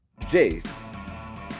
Jace